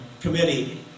Committee